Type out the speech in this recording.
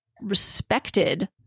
respected